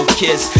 kiss